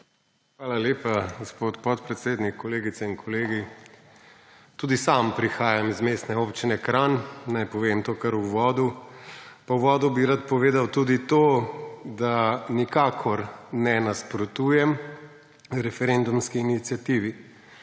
Hvala lepa, gospod podpredsednik. Kolegice in kolegi! Tudi sam prihajam iz Mestne občine Kranj, naj povem to kar v uvodu. Pa v uvodu bi rad povedal tudi to, da nikakor ne nasprotujem referendumski iniciativi.